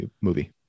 movie